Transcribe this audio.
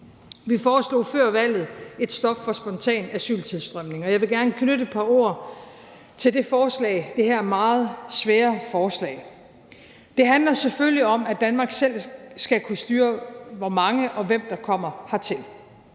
Vi foreslog før valget et stop for spontan asyltilstrømning, og jeg vil gerne knytte et par ord til det forslag, det her meget svære forslag. Det handler selvfølgelig om, at Danmark selv skal kunne styre, hvor mange og hvem der kommer hertil.